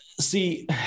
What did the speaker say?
See